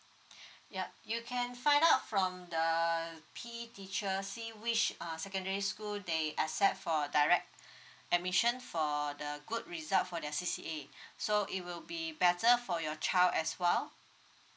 ya you can found out from the P_E teacher see which are secondary school they accept for direct admission for the good result for the C_C_A so it will be better for your child as well